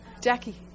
Jackie